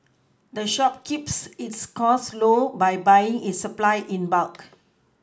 the shop keeps its costs low by buying its supplies in bulk